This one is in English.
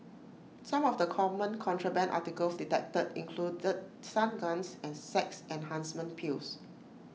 some of the common contraband articles detected included stun guns and sex enhancement pills